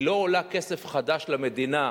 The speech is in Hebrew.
היא לא עולה כסף חדש למדינה,